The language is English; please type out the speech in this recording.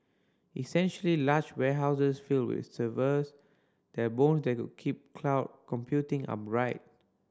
essentially large warehouses filled with servers they are bones that keep cloud computing upright